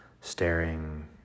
staring